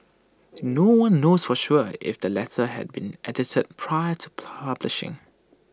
no one knows for sure if the letter had been edited prior to publishing